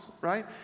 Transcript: right